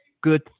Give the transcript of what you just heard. good